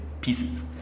pieces